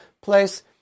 place